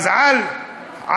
אז על הדרך,